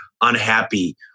unhappy